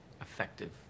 Effective